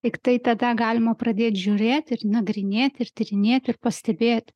tiktai tada galima pradėt žiūrėt ir nagrinėt ir tyrinėt ir pastebėt